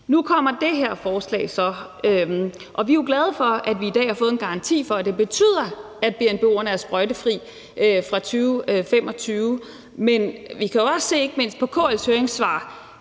Nu kommer det her forslag så. Og vi er jo glade for, at vi i dag har fået en garanti for, at det betyder, at BNBO'erne er sprøjtefri fra 2025, men vi kan også se på ikke mindst KL's høringssvar,